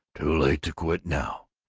too late to quit now,